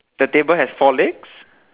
the table has four legs